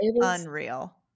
unreal